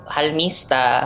Halmista